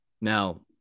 Now